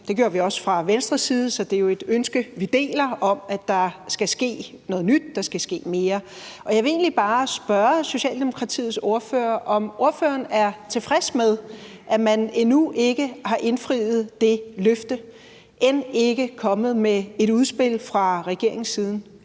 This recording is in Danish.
Det gjorde vi også fra Venstres side, så det er jo et ønske, vi deler, om, at der skal ske noget nyt, at der skal ske mere. Og jeg vil egentlig bare spørge Socialdemokratiets ordfører, om ordføreren er tilfreds med, at man endnu ikke har indfriet det løfte, og at man end ikke er kommet med et udspil fra regeringens side.